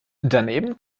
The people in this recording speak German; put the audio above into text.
daneben